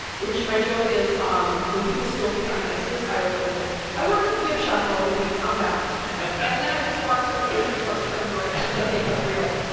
which my joke is um when people still think i'm in isis, i always go like this i worked at the gift shop for, like, a week, calm down and then i just watch their faces, like, turn gray cause they think it's real